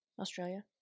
Australia